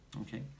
Okay